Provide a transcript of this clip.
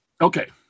Okay